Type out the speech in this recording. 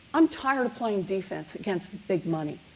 i'm tired of playing defense against the big money.